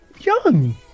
young